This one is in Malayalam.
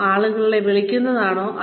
അത് ആളുകളെ വിളിക്കുന്നതാണോ